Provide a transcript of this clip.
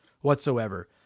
whatsoever